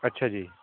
ਅੱਛਾ ਜੀ